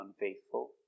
unfaithful